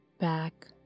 back